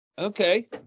Okay